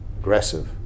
aggressive